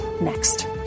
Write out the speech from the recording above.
next